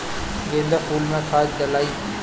गेंदा फुल मे खाद डालाई?